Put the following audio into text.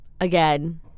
again